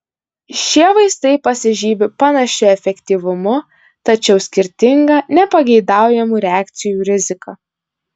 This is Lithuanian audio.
šie vaistai pasižymi panašiu efektyvumu tačiau skirtinga nepageidaujamų reakcijų rizika